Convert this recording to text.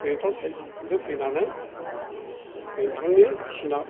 बेंटल साइथजों फैनानै बेंटलनि सिनाब